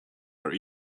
are